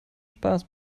spaß